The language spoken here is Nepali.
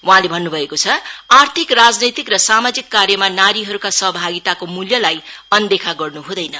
वहाँले भन्न् भएको छ आर्थिक राजनैतिक र सामाजिक कार्यमा नारीहरूको सहभागिताको श्ल्यलाई अनदेखा गर्न् हुँदैन